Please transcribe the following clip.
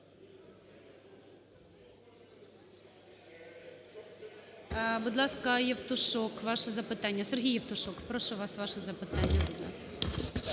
Будь ласка, Євтушок, ваше запитання. Сергій Євтушок, прошу вас, ваше запитання.